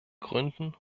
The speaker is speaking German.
gründen